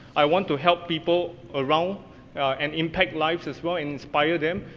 i want to help people around and impact lives, as well, inspire them,